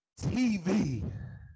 TV